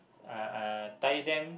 uh uh tie them